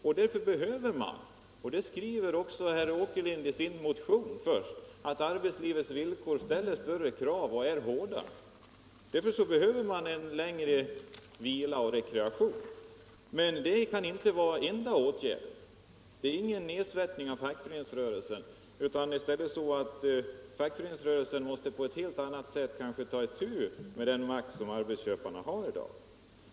Herr Åkerlind skriver också i sin motion att arbetslivets villkor ställer större krav och är hårda. Därför behöver man längre vila och rekreation. Men det kan inte vara den enda åtgärden. Det är ingen nedsvärtning av fackföreningsrörelsen. Det är i stället så att fackföreningsrörelsen kanske på ett helt annat sätt måste ta itu med den takt som arbetarna tvingas hålla i dag.